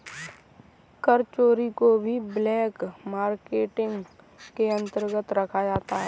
कर चोरी को भी ब्लैक मार्केटिंग के अंतर्गत रखा जाता है